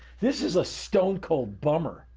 this is a stone cold bummer.